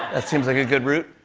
that seems like a good route.